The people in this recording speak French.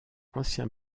ancien